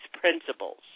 principles